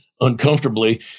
uncomfortably